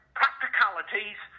practicalities